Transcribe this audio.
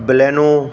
Baleno